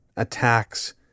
attacks